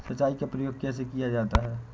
सिंचाई का प्रयोग कैसे किया जाता है?